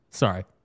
Sorry